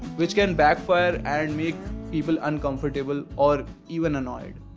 which can backfire and make people uncomfortable or even annoyed.